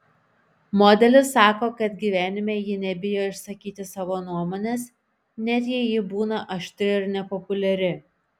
modelis sako kad gyvenime ji nebijo išsakyti savo nuomonės net jei ji būna aštri ir nepopuliari